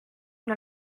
not